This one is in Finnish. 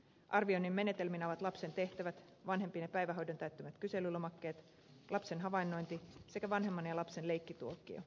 arvioinnin menetelminä ovat lapsen tehtävät vanhempien ja päivähoidon täyttämät kyselylomakkeet lapsen havainnointi sekä vanhemman ja lapsen leikkituokio